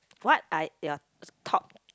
what are your thought